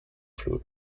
vloer